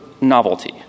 novelty